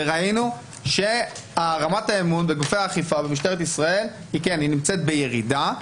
וראינו שרמת האמון בגופי האכיפה ובמשטרת ישראל נמצאת בירידה.